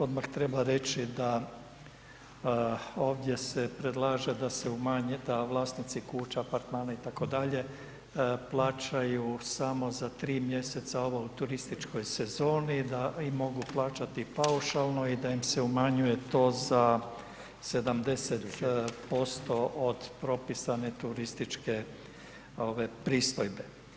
Odmah treba reći da ovdje se predlaže da se umanji da vlasnici kuća, apartmana itd. plaćaju samo za 3 mjeseca ovo u turističkoj sezoni i mogu plaćati paušalno i da im se umanjuje to za 70% od propisane turističke pristojbe.